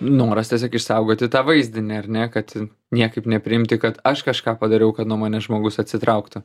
noras tiesiog išsaugoti tą vaizdinį ar ne kad niekaip nepriimti kad aš kažką padariau kad nuo manęs žmogus atsitrauktų